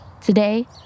Today